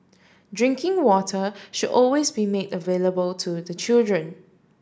drinking water should always be made available to the children